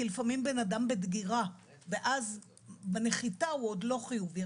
כי לפעמים בן אדם בדגירה ואז בנחיתה הוא עוד לא חיובי.